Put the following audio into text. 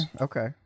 okay